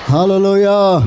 Hallelujah